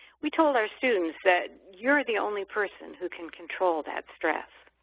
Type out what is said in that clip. we told our students that you're the only person who can control that stress.